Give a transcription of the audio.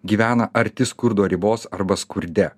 gyvena arti skurdo ribos arba skurde